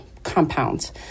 compounds